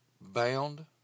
bound